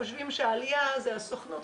הם חושבים שעלייה זה הסוכנות,